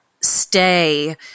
stay